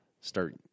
start